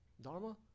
Dharma